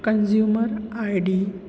consumer ID